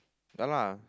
ya lah